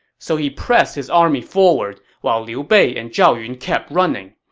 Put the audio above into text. so he pressed his army forward, while liu bei and zhao yun kept running.